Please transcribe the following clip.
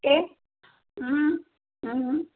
એમ હમ હમ